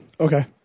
Okay